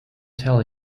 tell